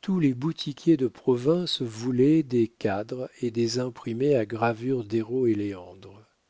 tous les boutiquiers de province voulaient des cadres et des imprimés à gravure d'héro et léandre